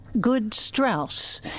Good-Strauss